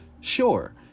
sure